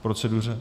K proceduře?